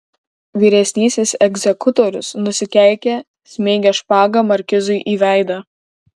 vyresnysis egzekutorius nusikeikė smeigė špaga markizui į veidą